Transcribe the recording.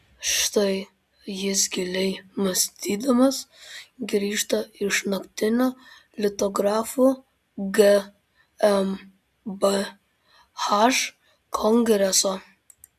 štai jis giliai mąstydamas grįžta iš naktinio litografų gmbh kongreso